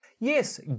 Yes